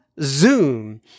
Zoom